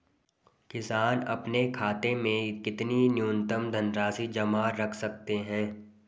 किसान अपने खाते में कितनी न्यूनतम धनराशि जमा रख सकते हैं?